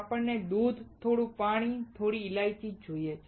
આપણને દૂધ થોડું પાણી થોડી ઇલાયચી જોઈએ છે